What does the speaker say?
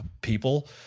people